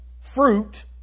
fruit